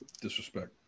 Disrespect